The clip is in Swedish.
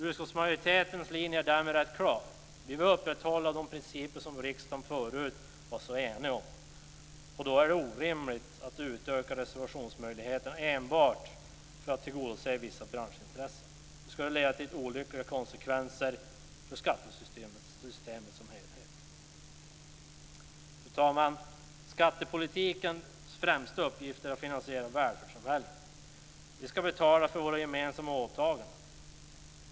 Utskottsmajoritetens linje är därmed rätt klar: Vi vill upprätthålla de principer som riksdagen förut var så enig om. Då är det orimligt att utöka reserveringsmöjligheterna enbart för att tillgodose vissa branschintressen. Det skulle få olyckliga konsekvenser för skattesystemet som helhet. Fru talman! Skattepolitikens främsta uppgift är att finansiera välfärdssamhället. Vi ska betala för våra gemensamma åtaganden.